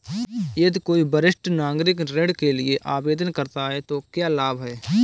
यदि कोई वरिष्ठ नागरिक ऋण के लिए आवेदन करता है तो क्या लाभ हैं?